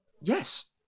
Yes